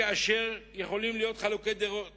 שיכולים להיות חילוקי דעות